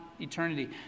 eternity